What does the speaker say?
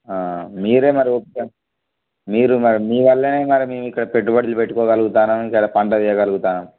మీరే మరి ఓపిక మీరు మరి మీ వల్లనే మరి మేము ఇక్కడ పెట్టుబడులు పెట్టుకోగలుగుతున్నాం జర పంట చెయ్యగలుగుతున్నాం